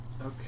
Okay